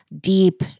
deep